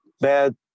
bad